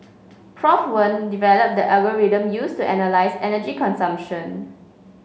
Prof Wen developed the algorithm used to analyse energy consumption